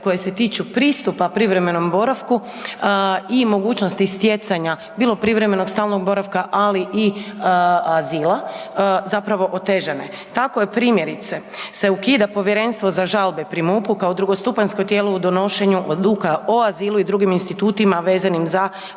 koje se tiču pristupa privremenog boravku i mogućnosti stjecanja bilo privremenog, stalnog boravka ali i azila, zapravo otežane. Tako je primjerice se ukida Povjerenstvo za žalbe pri MUP-u kao drugostupanjsko tijelo u donošenju odluka o azilu i dr. institutima vezanim za prava